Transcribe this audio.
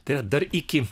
tai yra dar iki